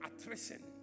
attrition